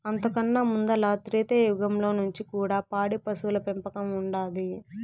అంతకన్నా ముందల త్రేతాయుగంల నుంచి కూడా పాడి పశువుల పెంపకం ఉండాది